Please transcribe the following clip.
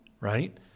right